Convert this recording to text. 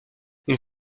une